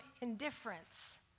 indifference